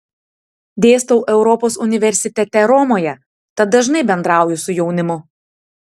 dėstau europos universitete romoje tad dažnai bendrauju su jaunimu